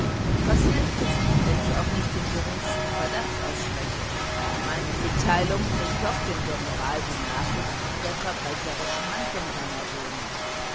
was hilft es wenn ich auch nicht den geringsten verdacht ausspreche meine mitteilung bringt doch dem general die nachricht von der verbrecherischen handlung seiner söhne